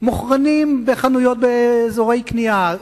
אלא על מוכרנים באזורי קנייה,